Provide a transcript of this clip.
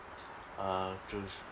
uh to